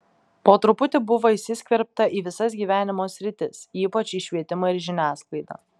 po truputį buvo įsiskverbta į visas gyvenimo sritis ypač į švietimą ir žiniasklaidą